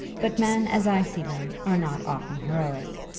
but men as i see them are not often heroic.